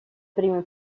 primi